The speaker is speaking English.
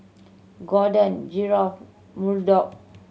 Gordon Geoff Murdock